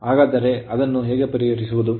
ಹಾಗಾದರೆ ಅದನ್ನು ಹೇಗೆ ಪರಿಹರಿಸುವುದು